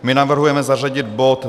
My navrhujeme zařadit bod